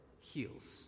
heals